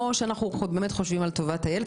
או שאנחנו חושבים באמת על טובת הילד.